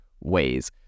ways